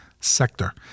sector